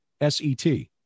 S-E-T